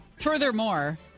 Furthermore